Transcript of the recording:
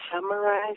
summarize